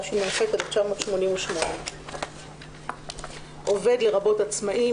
התשמ"ח 1988. "עובד" לרבות עצמאי,